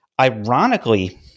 Ironically